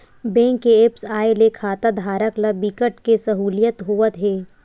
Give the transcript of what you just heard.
bank के apps आए ले खाताधारक ल बिकट के सहूलियत होवत हे